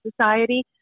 society